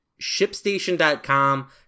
ShipStation.com